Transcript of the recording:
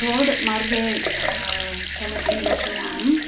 road मार्गे चलति लोकयानम्